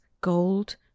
gold